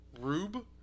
Rube